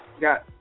got